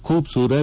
ಖೂಬ್ Surat